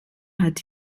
hat